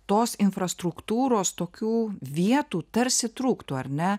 tos infrastruktūros tokių vietų tarsi trūktų ar ne